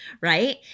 right